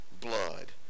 blood